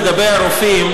לגבי הרופאים,